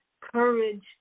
courage